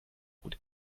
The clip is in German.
gut